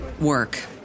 work